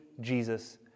Jesus